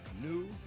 new